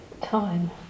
Time